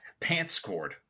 Pantscord